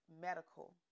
medical